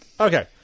Okay